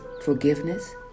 forgiveness